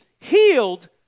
healed